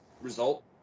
result